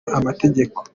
amategeko